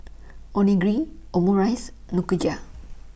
Onigiri Omurice Nikujaga